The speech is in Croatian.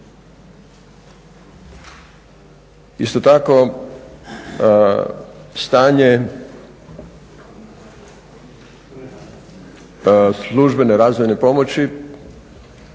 Isto tako stanje službene razvojne pomoći